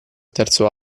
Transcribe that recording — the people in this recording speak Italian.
terzo